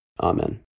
Amen